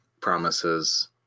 promises